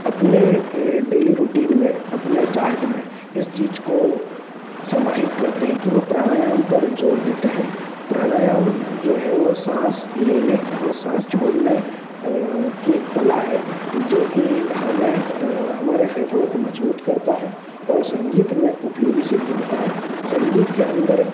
अपने daily routine में अपने चार्ट में इस चीज को समाहित करते हैं कि वो प्राणायाम पर जोर देते हैं प्राणायाम जो है वो साँस लेने और साँस छोड़ने की एक कला है जो कि हमें हमारे फेफड़ों को मजबूत करता है और संगीत में उपयोगी सिद्ध होता है संगीत के अंदर